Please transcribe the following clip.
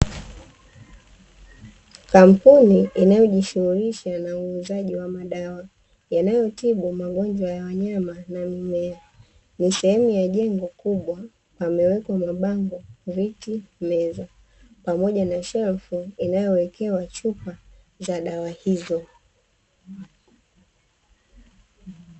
Kampuni inayojishughulisha na uuzaji wa madawa, yanayotibu magonjwa ya wanyama na mimea, ni sehemu ya jengo kubwa amewekwa mabango, viti, meza, pamoja na shelfu inayowekewa chupa za dawa hizo.